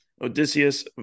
Odysseus